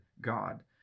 God